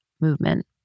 movement